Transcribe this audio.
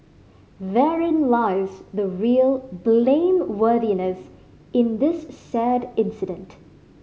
therein lies the real blameworthiness in this sad incident